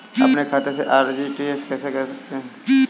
अपने खाते से आर.टी.जी.एस कैसे करते हैं?